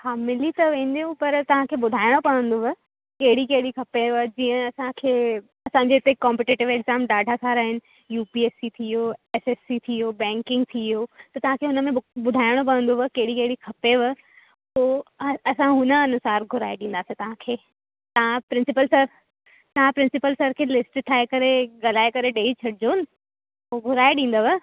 हा मिली त वेंदियूं पर तव्हांखे ॿुधायणो पवंदव कहिड़ी कहिड़ी खपेव जीअं असांखे असांजे हिते कॉम्पेटेटीव एक्ज़ाम ॾाढा सारा आहिनि यूपीएससी थी वियो एसएससी थी वियो बैकिंग थी वियो त तव्हांखे हुनमें बु ॿुधाइणो पवंदव कहिड़ी कहिड़ी खपेव पोइ असां हुन अनुसार घुराइ ॾींदासीं तव्हांखे तव्हां प्रिंसीपल सर तव्हां प्रिंसीपल सर खे लिस्ट ठाहे करे ॻल्हाए करे ॾेई छॾिजोनि हुओ घुराइ ॾींदव